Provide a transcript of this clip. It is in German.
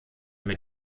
mit